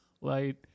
light